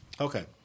Okay